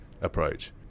approach